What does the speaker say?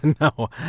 no